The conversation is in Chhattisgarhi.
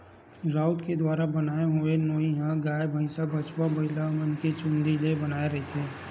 राउत के दुवारा बनाय होए नोई ह गाय, भइसा, बछवा, बइलामन के चूंदी ले बनाए रहिथे